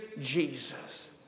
Jesus